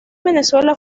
venezuela